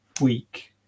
week